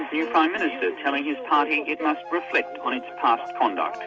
new prime minister, telling his party it must reflect on its past conduct.